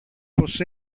πως